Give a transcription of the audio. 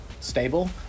stable